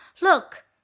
look